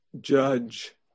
judge